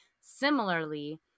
Similarly